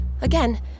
Again